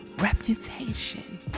Reputation